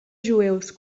jueus